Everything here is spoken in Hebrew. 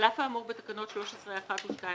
אף האמור בתקנות 3(1) ו-(2),